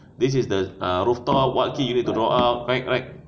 this is the ah rooftop what key we going to draw out right right